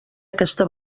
aquesta